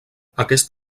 aquest